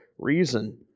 reason